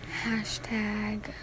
Hashtag